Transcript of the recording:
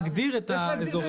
אני אדגיש את זה,